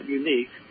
unique